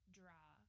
draw